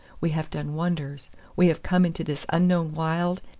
we have done wonders. we have come into this unknown wild,